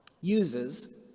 uses